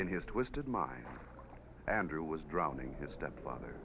in his twisted mind andrew was drowning his stepfather